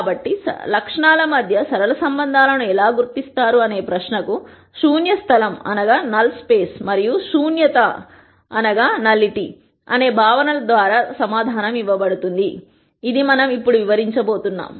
కాబట్టి లక్షణాల మధ్య సరళ సంబంధాలను ఎలా గుర్తిస్తారు అనే ఈ ప్రశ్నకు శూన్య స్థలం లేదా నల్ స్పేస్ మరియు శూన్యత అనే భావ నల ద్వారా సమాధానం ఇవ్వబడుతుంది అది మనం ఇప్పుడు వివరించబోతున్నాం